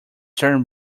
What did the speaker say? turn